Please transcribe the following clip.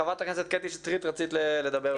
ח"כ קטי שטרית, רצית לדבר.